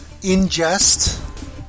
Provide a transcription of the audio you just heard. Ingest